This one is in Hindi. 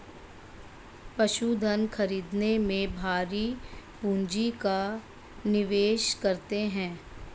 पशुधन खरीदने में भारी पूँजी का निवेश करते हैं